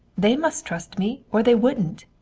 they must trust me, or they wouldn't.